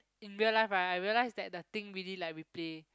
in real life right I realise that the thing really like replay